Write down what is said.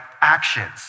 actions